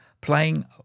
playing